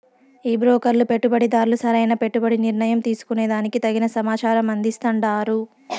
ఈ బ్రోకర్లు పెట్టుబడిదార్లు సరైన పెట్టుబడి నిర్ణయం తీసుకునే దానికి తగిన సమాచారం అందిస్తాండారు